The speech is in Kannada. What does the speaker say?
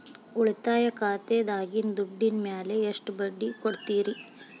ಉಳಿತಾಯ ಖಾತೆದಾಗಿನ ದುಡ್ಡಿನ ಮ್ಯಾಲೆ ಎಷ್ಟ ಬಡ್ಡಿ ಕೊಡ್ತಿರಿ?